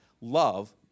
love